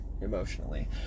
emotionally